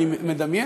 אני מדמיין,